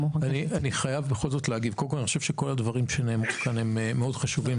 בסעיף 35ג להצעת החוק כתוב שילוד שנולד על פי